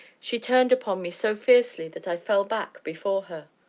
she turned upon me so fiercely that i fell back before her.